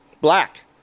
black